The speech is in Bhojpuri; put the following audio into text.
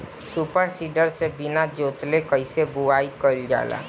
सूपर सीडर से बीना जोतले कईसे बुआई कयिल जाला?